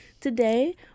today